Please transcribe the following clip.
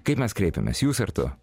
kaip mes kreipiamės jūs ar tu